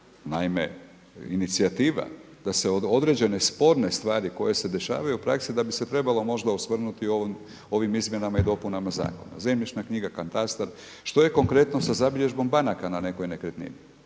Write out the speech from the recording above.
naime inicijativa da se određene sporne stvari koje se dešavaju u praksi, da bi se trebalo možda osvrnuti u ovim izmjenama i dopunama zakona. Zemljišna knjiga, katastar. Što je konkretno za zabilježbom banaka na nekoj nekretnini?